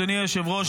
אדוני היושב-ראש,